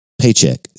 paycheck